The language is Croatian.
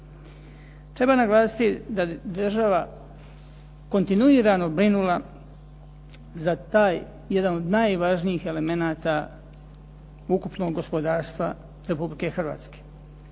Treba naglasiti da je država kontinuirao brinula za taj jedan od najvažniji elemenata ukupnog gospodarstva Republike Hrvatske.